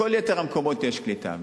בכל יתר המקומות יש קליטה.